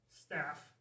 staff